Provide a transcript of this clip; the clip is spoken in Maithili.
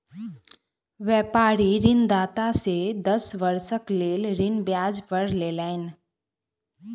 व्यापारी ऋणदाता से दस वर्षक लेल ऋण ब्याज पर लेलैन